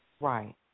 Right